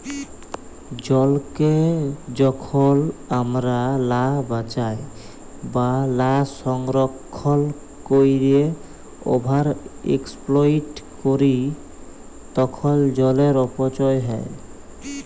জলকে যখল আমরা লা বাঁচায় বা লা সংরক্ষল ক্যইরে ওভার এক্সপ্লইট ক্যরি তখল জলের অপচয় হ্যয়